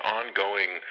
ongoing